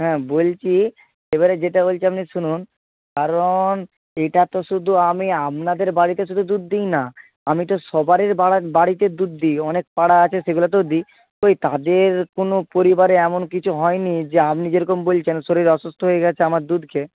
হ্যাঁ বলছি এবারে যেটা বলছি আপনি শুনুন কারণ এইটা তো শুধু আমি আপনাদের বাড়িতে শুধু দুধ দিই না আমি তো সবার বাড়িতে দুধ দিই অনেক পাড়া আছে সেগুলোতেও দিই কই তাদের কোনো পরিবারে এমন কিছু হয়নি যে আপনি যেরকম বলছেন শরীর অসুস্থ হয়ে গেছে আমার দুধ খেয়ে